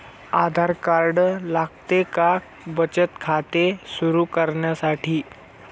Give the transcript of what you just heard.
आधार card लागते का बचत खाते सुरू करण्यासाठी?